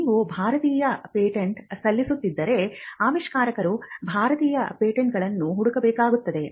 ನೀವು ಭಾರತೀಯ ಪೇಟೆಂಟ್ ಸಲ್ಲಿಸುತ್ತಿದ್ದರೆ ಆವಿಷ್ಕಾರಕರು ಭಾರತೀಯ ಪೇಟೆಂಟ್ಗಳನ್ನು ಹುಡುಕಬೇಕಾಗುತ್ತದೆ